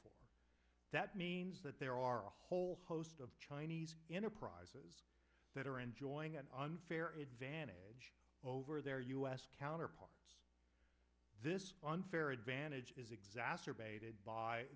that means that there are a whole host of chinese enterprises that are enjoying an unfair advantage over their u s counterparts this unfair advantage is exacerbated by